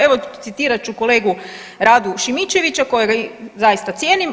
Evo citirat ću kolegu Radu Šimičevića kojega zaista cijenim.